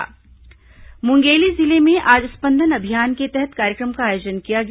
स्पंदन अभियान मुंगेली जिले में आज स्पंदन अभियान के तहत कार्यक्रम का आयोजन किया गया